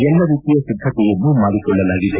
ಎಲ್ಲ ರೀತಿಯ ಸಿದ್ಧತೆಯನ್ನೂ ಮಾಡಿಕೊಳ್ಳಲಾಗಿದೆ